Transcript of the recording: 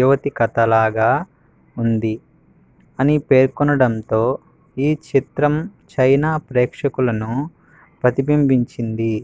యువతి కథలాగా ఉంది అని పేర్కొనడంతో ఈ చిత్రం చైనా ప్రేక్షకులను పతింబింబించింది